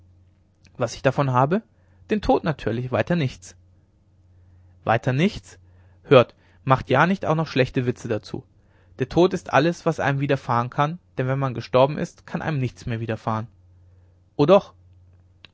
was ich davon habe den tod natürlich weiter nichts weiter nichts hört macht ja nicht auch noch schlechte witze dazu der tod ist alles was einem widerfahren kann denn wenn man gestorben ist kann einem nichts mehr widerfahren o doch